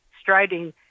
striding